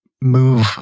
move